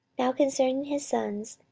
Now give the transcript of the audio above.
now concerning his sons,